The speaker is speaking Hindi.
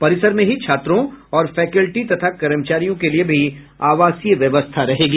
परिसर में ही छात्रों और फैकल्टी तथा कर्मचारियों के लिए भी आवासीय व्यवस्था रहेगी